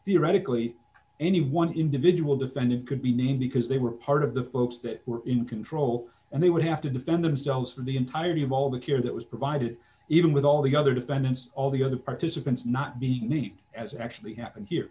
theoretically any one individual defendant could be named because they were part of the folks that were in control and they would have to defend themselves for the entirety of all the care that was provided even with all the other defendants all the other participants not be neat as actually happened here